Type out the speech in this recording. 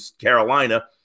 Carolina